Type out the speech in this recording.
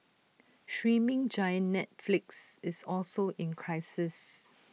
streaming giant Netflix is also in crisis